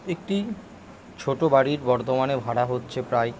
একটি ছোটো বাড়ির বর্ধমানে ভাড়া হচ্ছে প্রায়